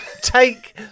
Take